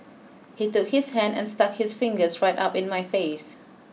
he took his hand and stuck his fingers right up in my face